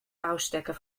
ôfstekken